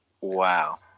Wow